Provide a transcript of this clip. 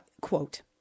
Quote